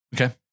Okay